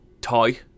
toy